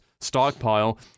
stockpile